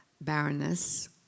barrenness